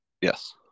Yes